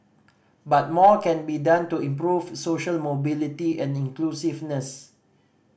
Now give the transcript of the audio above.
but more can be done to improve social mobility and inclusiveness